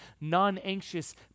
non-anxious